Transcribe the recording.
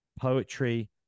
poetry